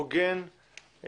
הוגן,